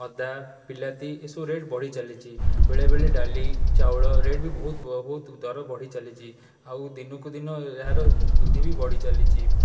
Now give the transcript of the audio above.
ଅଦା ବିଲାତି ଏସବୁ ରେଟ୍ ବଢ଼ିଚାଲିଛି ବେଳେବେଳେ ଡାଲି ଚାଉଳ ରେଟ୍ ବି ବହୁତ ବହୁତ ଦର ବଢ଼ିଚାଲିଛି ଆଉ ଦିନକୁ ଦିନ ଏହାର ବୃଦ୍ଧି ବି ବଢ଼ିଚାଲିଛି